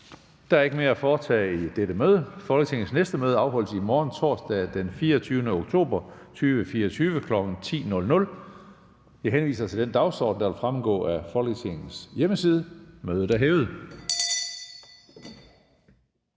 Der er ikke mere at foretage i dette møde. Folketingets næste møde afholdes i morgen, torsdag den 24. oktober 2024, kl. 10.00. Jeg henviser til den dagsorden, der vil fremgå af Folketingets hjemmeside. Mødet er hævet.